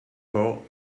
though